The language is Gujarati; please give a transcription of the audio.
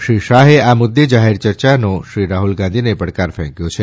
શ્રી શાહે આ મુદ્દે જાહેર ચર્ચાનો શ્રી રાહ્લ ગાંધીને પડકાર ફેંક્થી છે